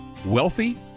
wealthy